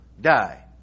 die